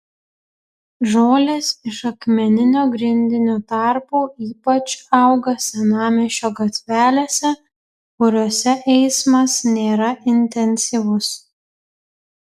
žolės iš akmeninio grindinio tarpų ypač auga senamiesčio gatvelėse kuriose eismas nėra intensyvus